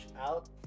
out